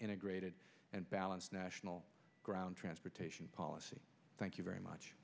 integrated and balanced national ground transportation policy thank you very much